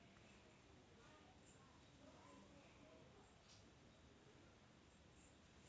भारतातही गहाणखत फसवणुकीच्या अनेक घटना पाहिल्या आहेत